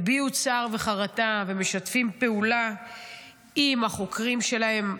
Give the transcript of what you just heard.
הביעו צער וחרטה, ומשתפים פעולה עם החוקרים שלהם.